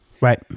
Right